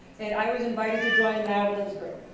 and i was invited to join madelyn's group.